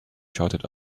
shouted